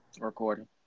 Recording